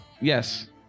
Yes